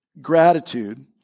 gratitude